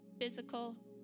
physical